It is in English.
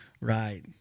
Right